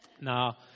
Now